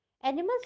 Animals